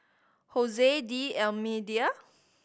D'Almeida